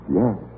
yes